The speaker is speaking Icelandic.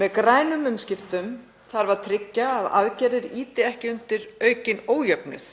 Með grænum umskiptum þarf að tryggja að aðgerðir ýti ekki undir aukinn ójöfnuð